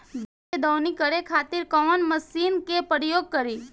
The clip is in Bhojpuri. धान के दवनी करे खातिर कवन मशीन के प्रयोग करी?